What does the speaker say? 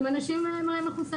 עם אנשים מחוסנים?